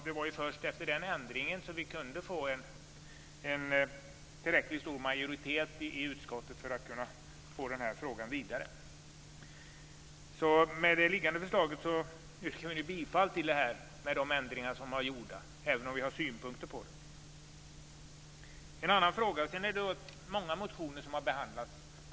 Det var också först efter denna ändring som vi kunde få en tillräckligt stor majoritet i utskottet för att få frågan vidare. Vi yrkar bifall till det här förslaget, med de ändringar som är gjorda, även om vi har synpunkter på det. Sedan är det många motioner som har behandlats.